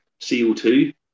CO2